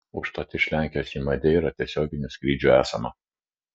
užtat iš lenkijos į madeirą tiesioginių skrydžių esama